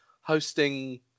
Hosting